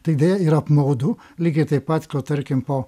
tai deja yra apmaudu lygiai taip pat ka tarkim po